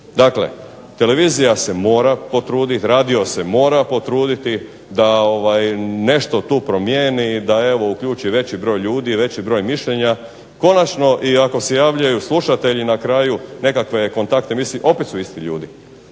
Dakle, televizija se mora potruditi radio se mora potruditi da nešto tu promjeni, da uključi veći broj ljudi, veći broj mišljenja. Konačno i ako se javljaju slušatelji na kraju nekakve kontakt emisije opet su isti ljudi.